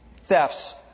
thefts